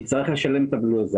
יצטרך לשלם את הבלו הזה.